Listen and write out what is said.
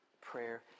prayer